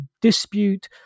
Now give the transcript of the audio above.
dispute